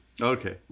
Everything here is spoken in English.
Okay